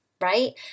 right